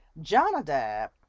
Jonadab